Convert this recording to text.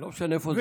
לא משנה איפה זרקו.